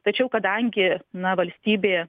tačiau kadangi na valstybė